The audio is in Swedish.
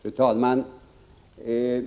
Fru talman!